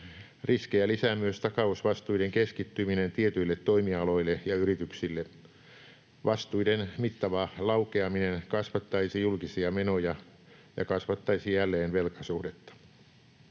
Riskejä lisää myös takausvastuiden keskittyminen tietyille toimialoille ja yrityksille. Vastuiden mittava laukeaminen kasvattaisi julkisia menoja ja kasvattaisi jälleen velkasuhdetta.